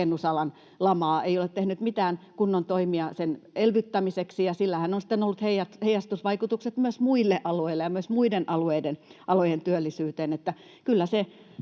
rakennusalan lamaa. Ei ole tehnyt mitään kunnon toimia sen elvyttämiseksi, ja sillähän on sitten ollut heijastusvaikutukset myös muille aloille ja myös muiden alojen työllisyyteen.